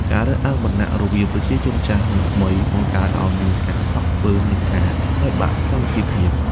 ការរើសអើងវណ្ណៈរវាងប្រជាជនចាស់ និងថ្មី បង្កើតឱ្យមានការស្អប់ខ្ពើម និងការបែកបាក់សាមគ្គីភាព។